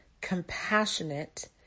compassionate